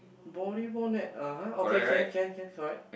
volleyball net (uh huh) okay can can can correct